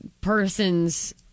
person's